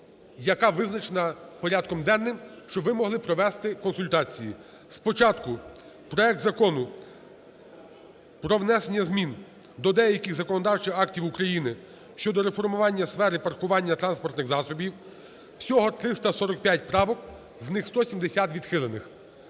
яка визначена порядком денним, щоб ви могли провести консультації. Спочатку проект Закону про внесення змін до деяких законодавчих актів України щодо реформування сфери паркування транспортних засобів, всього 345 правок, з них 170 відхилених.